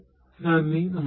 നന്ദി നമസ്കാരം